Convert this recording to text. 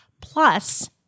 Plus